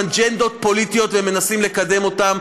עם אג'נדות פוליטיות והם מנסים לקדם אותן.